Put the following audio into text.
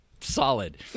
solid